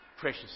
precious